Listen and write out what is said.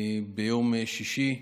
ביום שישי,